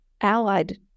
allied